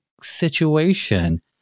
situation